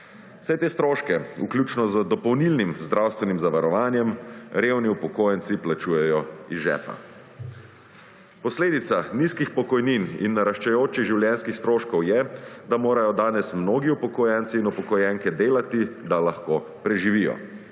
Vse te stroške, vključno z dopolnilnim zdravstvenim zavarovanjem revni upokojenci plačujejo iz žepa. Posledica nizkih pokojnin in naraščajočih življenjskih stroškov je, da morajo danes mnogi upokojenci in upokojenke delati, da lahko preživijo.